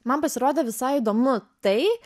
man pasirodė visai įdomu tai